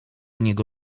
niego